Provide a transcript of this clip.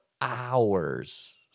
hours